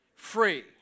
free